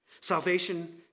Salvation